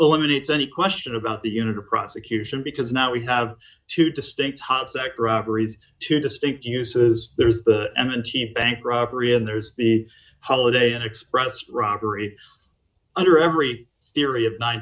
eliminates any question about the unit or prosecution because now we have two distinct sect robberies two distinct uses and t bank robbery and there's the holiday inn express robbery under every theory of nine